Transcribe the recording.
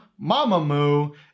Mamamoo